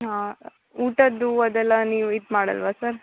ಹಾಂ ಊಟದ್ದು ಅದೆಲ್ಲ ನೀವು ಇದು ಮಾಡಲ್ವ ಸರ್